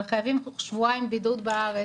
אבל חייבים שבועיים בידוד בארץ.